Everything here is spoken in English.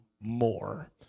more